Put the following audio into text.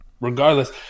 Regardless